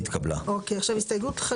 מציעים הסתייגויות לפרק